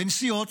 בין סיעות,